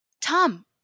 Tom